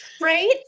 Right